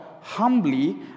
humbly